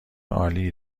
عالی